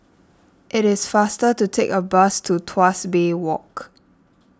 it is faster to take a bus to Tuas Bay Walk